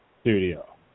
studio